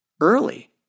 early